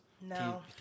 No